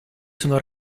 sono